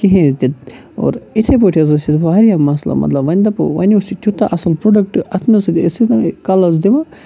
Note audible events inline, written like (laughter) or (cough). کِہیٖنۍ تہِ اور یِتھَے پٲٹھۍ حظ ٲسۍ اَتھ واریاہ مسلہٕ مطلب وۄنۍ دپو وۄنۍ اوس یہِ تیوٗتاہ اَصٕل پرٛوڈَکٹ اَتھ منٛز (unintelligible) أسۍ ٲسۍ نہ یہِ کَلَس دِوان